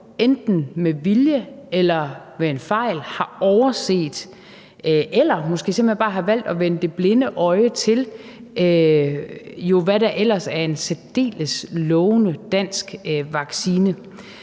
enten med vilje eller ved en fejl måske har valgt at vende det blinde øje til, hvad der ellers er en særdeles lovende dansk vaccine.